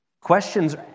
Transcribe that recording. Questions